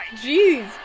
Jeez